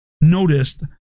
noticed